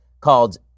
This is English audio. called